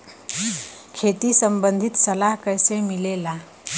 खेती संबंधित सलाह कैसे मिलेला?